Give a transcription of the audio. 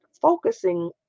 focusing